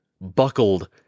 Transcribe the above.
buckled